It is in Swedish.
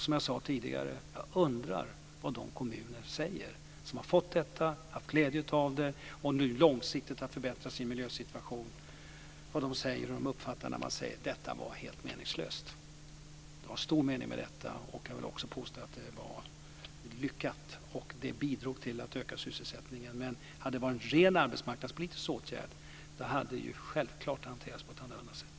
Som jag sade tidigare, undrar jag hur de kommuner som har fått detta, som har haft glädje av detta och som nu långsiktigt har förbättrat sin miljösituation uppfattar det när man säger att detta var helt meningslöst. Det var stor mening med detta. Jag vill också påstå att det var lyckat. Det bidrog till att öka sysselsättningen. Men hade det varit en rent arbetsmarknadspolitisk åtgärd hade det självfallet hanterats på ett annorlunda sätt.